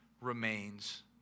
remains